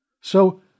So